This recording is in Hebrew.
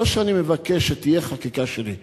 זה לא שאני מבקש שתהיה חקיקה שלי,